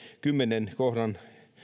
kymmenen kohdan